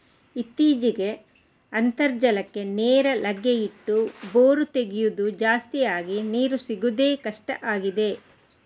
ಇತ್ತೀಚೆಗೆ ಅಂತರ್ಜಲಕ್ಕೆ ನೇರ ಲಗ್ಗೆ ಇಟ್ಟು ಬೋರು ತೆಗೆಯುದು ಜಾಸ್ತಿ ಆಗಿ ನೀರು ಸಿಗುದೇ ಕಷ್ಟ ಆಗಿದೆ